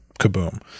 kaboom